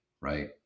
right